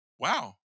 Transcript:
wow